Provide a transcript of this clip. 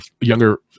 younger